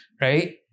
right